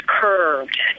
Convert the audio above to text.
curved